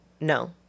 No